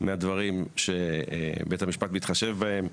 מהדברים שבית המשפט מתחשב בהם.